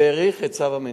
והאריך את הצו המינהלי.